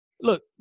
look